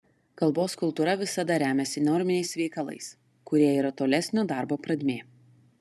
kalbos kultūra visada remiasi norminiais veikalais kurie yra tolesnio darbo pradmė